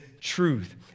truth